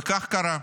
וכך קרה.